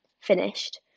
finished